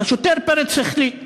השוטר פרץ החליט.